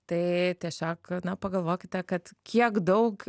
tai tiesiog na pagalvokite kad kiek daug